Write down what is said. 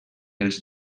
els